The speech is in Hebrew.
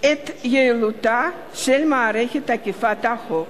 את יעילותה של מערכת אכיפת החוק.